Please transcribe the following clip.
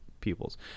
pupils